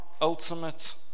ultimate